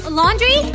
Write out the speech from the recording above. laundry